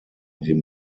dem